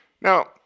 Now